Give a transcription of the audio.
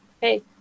hey